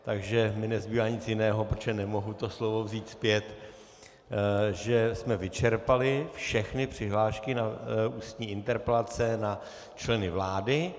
Takže mi nezbývá nic jiného, protože nemohu to slovo vzít zpět, že jsme vyčerpali všechny přihlášky na ústní interpelace na členy vlády.